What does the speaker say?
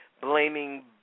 blaming